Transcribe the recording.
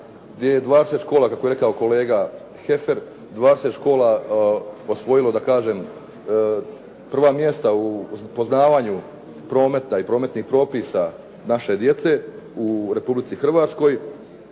gdje je 20 škola kako je rekao kolega Heffer, 20 škola osvojilo da kažem prva mjesta u poznavanju prometa i prometnih propisa naše djece u Republici Hrvatskoj.